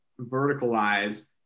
verticalize